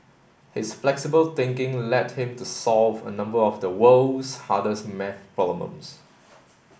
his flexible thinking led him to solve a number of the world's hardest maths problems